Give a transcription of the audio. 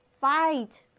fight